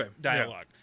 dialogue